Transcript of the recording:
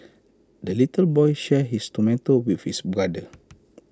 the little boy shared his tomato with his brother